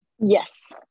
Yes